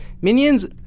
Minions